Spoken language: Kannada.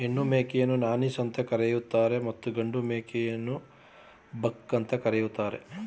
ಹೆಣ್ಣು ಮೇಕೆಯನ್ನು ನಾನೀಸ್ ಅಂತ ಕರಿತರೆ ಮತ್ತು ಗಂಡು ಮೇಕೆನ ಬಕ್ ಅಂತ ಕರಿತಾರೆ